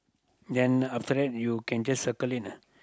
then after that you can just circle it